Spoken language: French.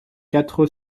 quatre